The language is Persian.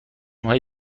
های